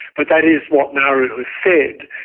but that is what nauru has said.